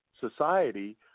society